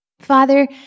Father